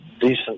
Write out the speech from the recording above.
decent